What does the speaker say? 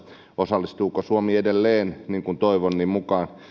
osallistuuko suomi edelleen niin kuin toivon